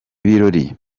birori